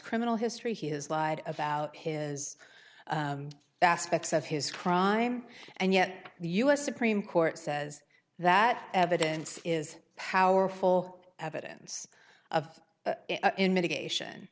criminal history he has lied about his aspects of his crime and yet the u s supreme court says that evidence is powerful evidence of in mitigation